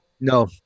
No